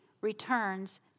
returns